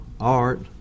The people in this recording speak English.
art